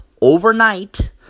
overnight